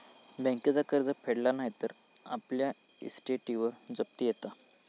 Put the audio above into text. बँकेचा कर्ज फेडला नाय तर आपल्या इस्टेटीवर जप्ती येता